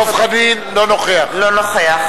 אינו נוכח